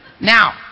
Now